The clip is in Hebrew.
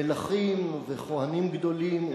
מלכים וכוהנים גדולים,